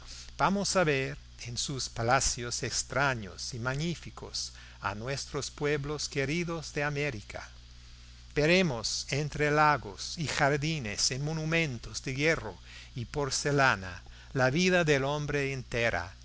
vamos a ver en sus palacios extraños y magníficos a nuestros pueblos queridos de américa veremos entre lagos y jardines en monumentos de hierro y porcelana la vida del hombre entera